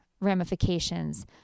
ramifications